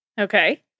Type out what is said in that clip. Okay